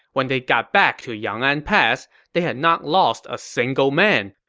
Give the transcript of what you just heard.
when they got back to yang'an pass, they had not lost a single man.